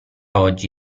oggi